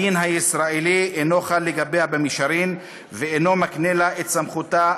הדין הישראלי אינו חל לגביה במישרין ואינו מקנה לה את סמכותה,